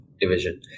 division